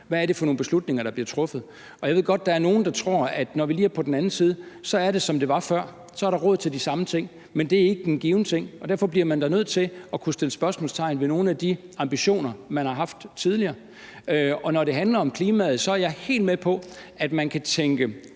hvad er det for nogle beslutninger, der bliver truffet? Og jeg ved godt, at der er nogle, der tror, at når vi lige er på den anden side af det, er det, som det var før – så er der råd til de samme ting. Men det er ikke en given ting. Og derfor bliver man da nødt til at kunne sætte spørgsmålstegn ved nogle af de ambitioner, man har haft tidligere. Når det handler om klimaet, er jeg helt med på, at man aktivt